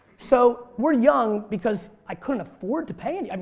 so we're young because i couldn't afford to pay and um